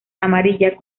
amarillas